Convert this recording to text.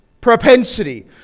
propensity